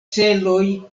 celoj